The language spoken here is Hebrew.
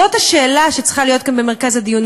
זאת השאלה שצריכה להיות כאן במרכז הדיון.